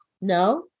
No